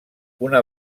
una